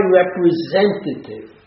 representative